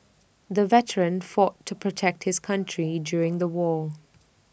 the veteran fought to protect his country during the war